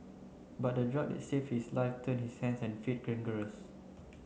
but the drug that save his life turned his hands and feet